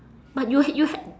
but you h~ you h~